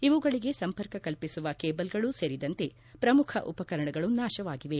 ಇವುಗಳಿಗೆ ಸಂಪರ್ಕ ಕಲ್ಪಿಸುವ ಕೇಬಲ್ಗಳೂ ಸೇರಿದಂತೆ ಪ್ರಮುಖ ಉಪಕರಣಗಳು ನಾಶವಾಗಿವೆ